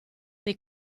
dei